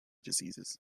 diseases